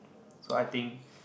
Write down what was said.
so I think